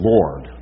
Lord